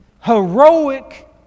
heroic